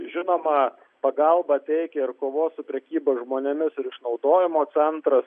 žinoma pagalbą teikia ir kovos su prekyba žmonėmis ir išnaudojimo centras